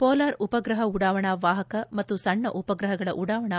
polar ಉಪಗ್ರಹ ಉಡಾವಣಾ ವಾಹಕ ಮತ್ತು ಸಣ್ಣ ಉಪಗ್ರಹಗಳ ಉಡಾವಣಾ